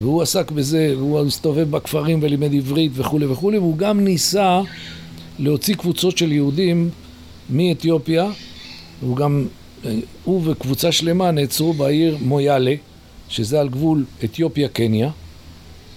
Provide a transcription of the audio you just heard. והוא עסק בזה, והוא הסתובב בכפרים ולימד עברית וכו' וכו', והוא גם ניסה להוציא קבוצות של יהודים מאתיופיה. הוא גם... הוא וקבוצה שלמה נעצרו בעיר מויאלה, שזה על גבול אתיופיה-קניה.